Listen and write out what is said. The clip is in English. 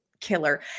killer